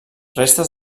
restes